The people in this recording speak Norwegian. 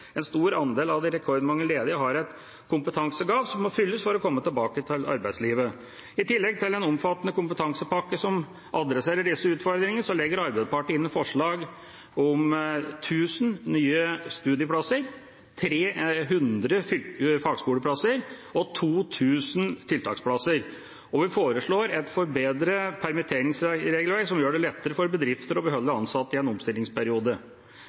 En stor andel av de rekordmange ledige har et kompetansegap som må fylles for å kunne komme tilbake til arbeidslivet. I tillegg til en omfattende kompetansepakke som adresserer disse utfordringene, legger Arbeiderpartiet inn forslag om 1 000 nye studieplasser, 300 fagskoleplasser og 2 000 tiltaksplasser. Og vi foreslår et forbedret permitteringsregelverk, som gjør det lettere for bedrifter å beholde ansatte i en omstillingsperiode.